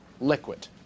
liquid